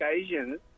occasions